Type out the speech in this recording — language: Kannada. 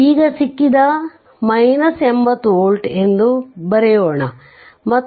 ಈಗ ಸಿಕ್ಕಿದ 80 ವೋಲ್ಟ್ ಎಂದು ಬರೆಯೋಣ ಮತ್ತು